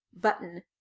button